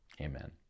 Amen